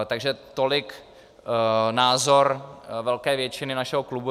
Takže tolik názor velké většiny našeho klubu.